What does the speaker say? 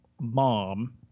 mom